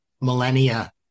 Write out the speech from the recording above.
millennia